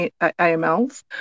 AMLs